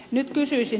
nyt kysyisin